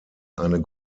eine